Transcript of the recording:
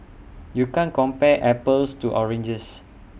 you can't compare apples to oranges